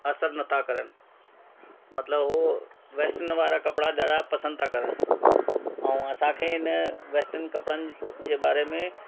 असरु नथा करनि मतिलबु हो वेस्टन वारा कपिड़ा ॾाढा पसंदि था करनि ऐं असांखे इन वेस्टन कपिड़नि जे बारे में